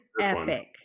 epic